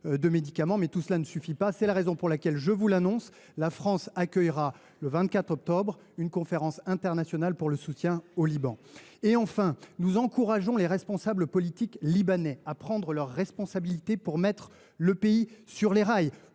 de médicaments. Mais tout cela ne suffit pas ; c’est la raison pour laquelle je vous annonce que la France accueillera le 24 octobre une conférence internationale pour le soutien au Liban. Enfin, nous encourageons les responsables politiques libanais à prendre leurs responsabilités pour mettre le pays sur les rails,